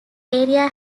area